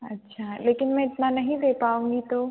अच्छा लेकिन मैं इतना नहीं दे पाऊँगी तो